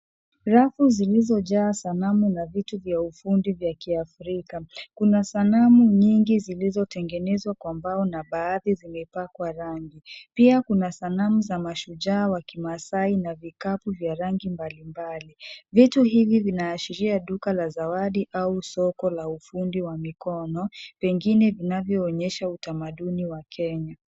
Rafu zilizojaa sanamu na vitu vya ufundi vya kiafrika. Kuna sanamu nyingi zilizotengenezwa kwa mbao na baadhi zimepakwa rangi. Pia kuna sanamu za mashujaa wa kimaasai na vikapu vya rangi mbalimbali. Vitu hivi vinaashiria duka la zawadi au soko la ufundi wa mikono, pengine vinavyoonyesha utamaduni wa Kenya.